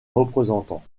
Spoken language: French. représentants